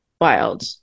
wild